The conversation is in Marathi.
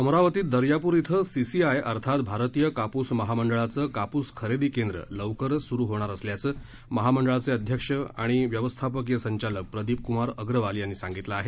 अमरावतीत दर्यापूर शें सीसीआय अर्थात भारतीय कापूस महामंडळाचं कापूस खरेदी केंद्र लवकरच सुरू होणार असल्याचं महामंडळाचे अध्यक्ष आणि व्यवस्थापकीय संचालक प्रदीप कुमार अग्रवाल यांनी सांगितलं आहे